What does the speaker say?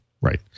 right